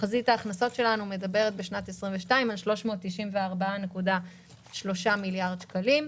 תחזית ההכנסות שלנו מדברת בשנת 2022 על 394.3 מיליארד שקלים,